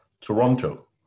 Toronto